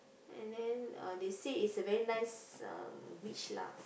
and then uh they say it's a very nice um beach lah